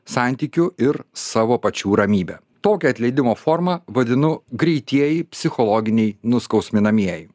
santykių ir savo pačių ramybę tokio atleidimo formą vadinu greitieji psichologiniai nuskausminamieji